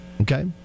Okay